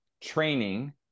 training